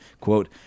Quote